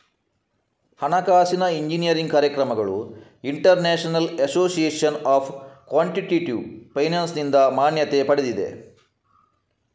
ಹಣಕಾಸಿನ ಎಂಜಿನಿಯರಿಂಗ್ ಕಾರ್ಯಕ್ರಮಗಳು international association of quantitative ಫೈನಾನ್ಸಿನಿಂದ ಮಾನ್ಯತೆ ಪಡೆದಿವೆ